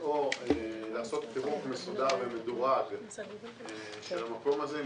או לעשות פירוק מסודר ומדורג של המקום הזה,